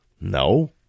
No